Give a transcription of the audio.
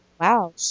Wow